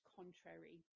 contrary